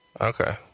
Okay